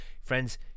Friends